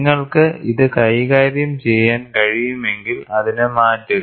നിങ്ങൾക്ക് ഇത് കൈകാര്യം ചെയ്യാൻ കഴിയുമെങ്കിൽ അതിനെ മാറ്റുക